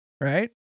right